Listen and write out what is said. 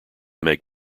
make